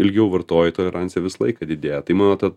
ilgiau vartoji tolerancija visą laiką didėja taip mano to